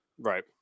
Right